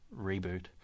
reboot